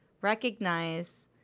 recognize